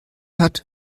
hat